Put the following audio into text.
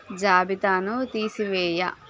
జాబితాను తీసివేయ